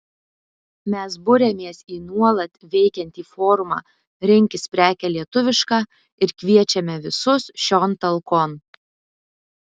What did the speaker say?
mes buriamės į nuolat veikiantį forumą rinkis prekę lietuvišką ir kviečiame visus šion talkon